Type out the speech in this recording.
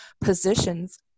positions